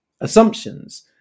Assumptions